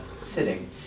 sitting